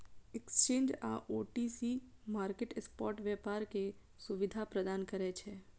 exchange आ OTC market spot व्यापार के सुविधा प्रदान करै छै